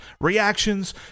reactions